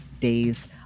days